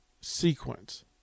sequence